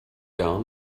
gar